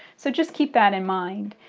so just keep that in mind.